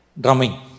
drumming